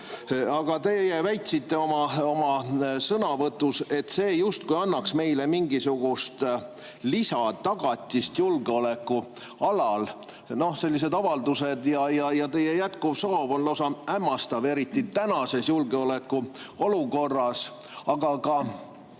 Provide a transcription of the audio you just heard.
Aga teie väitsite oma sõnavõtus, et see justkui annaks meile mingisugust lisatagatist julgeoleku alal. Sellised avaldused ja teie jätkuv soov on lausa hämmastavad, eriti tänases julgeolekuolukorras. Ka Ukraina